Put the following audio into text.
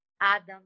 Adam